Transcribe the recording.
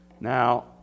Now